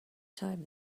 time